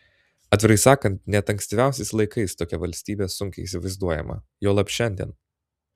atvirai sakant net ankstyviausiais laikais tokia valstybė sunkiai įsivaizduojama juolab šiandien